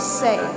say